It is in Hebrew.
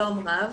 שלום רב.